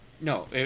No